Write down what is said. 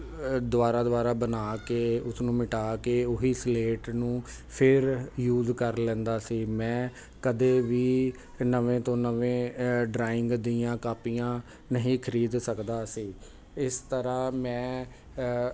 ਦੁਬਾਰਾ ਦੁਬਾਰਾ ਬਣਾ ਕੇ ਉਸਨੂੰ ਮਿਟਾ ਕੇ ਉਹੀ ਉਹੀ ਸਲੇਟ ਨੂੰ ਫਿਰ ਯੂਜ ਕਰ ਲੈਂਦਾ ਸੀ ਮੈਂ ਕਦੇ ਵੀ ਨਵੇਂ ਤੋਂ ਨਵੇਂ ਡਰਾਇੰਗ ਦੀਆਂ ਕਾਪੀਆਂ ਨਹੀਂ ਖਰੀਦ ਸਕਦਾ ਸੀ ਇਸ ਤਰ੍ਹਾਂ ਮੈਂ